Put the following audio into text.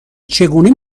چگونه